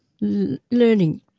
learning